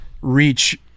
reach